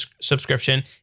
subscription